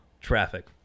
traffic